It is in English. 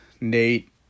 Nate